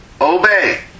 Obey